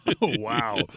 Wow